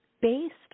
based